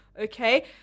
Okay